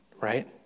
right